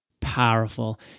powerful